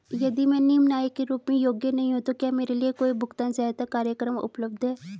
यदि मैं निम्न आय के रूप में योग्य नहीं हूँ तो क्या मेरे लिए कोई भुगतान सहायता कार्यक्रम उपलब्ध है?